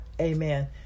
amen